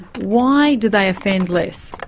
why do they offend less?